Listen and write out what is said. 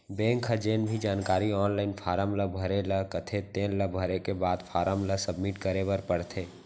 bank ह जेन भी जानकारी आनलाइन फारम ल भरे ल कथे तेन ल भरे के बाद फारम ल सबमिट करे बर परथे